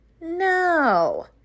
no